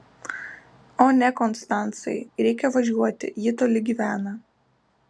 o ne konstancai reikia važiuoti ji toli gyvena